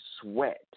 sweat